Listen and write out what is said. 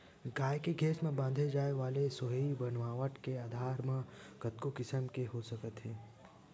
गाय के घेंच म बांधे जाय वाले सोहई बनावट के आधार म कतको किसम के हो सकत हे